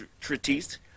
treatise